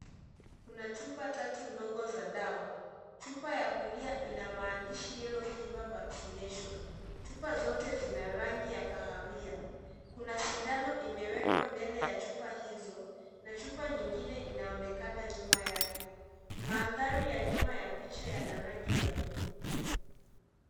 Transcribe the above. Kuna chupa ndogo tatu za dawa, chupa ya kulia ina maandiahi yellow fever vaccination chupa zote zina rangi ya kahawia, kuna sindano imewekwa mbele ya chupa hizo, na chupa nyingine inaonekana nyuma yake, mandhari ya nyuma ya picha yana rangi ya bulu.